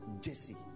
Jesse